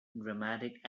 dramatic